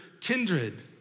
kindred